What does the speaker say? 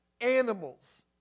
animals